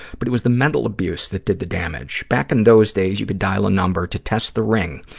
but it was the mental abuse that did the damage. back in those days, you could dial a number to test the ring.